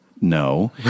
No